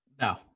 No